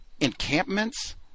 Encampments